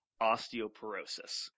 osteoporosis